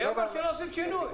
מי אמר שלא עושים שינוי?